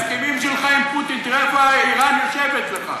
ההסכמים שלך עם פוטין, תראה איפה איראן יושבת לך,